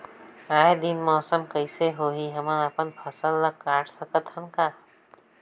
आय दिन मौसम कइसे होही, हमन अपन फसल ल काट सकत हन का?